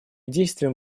действуем